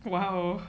!wow!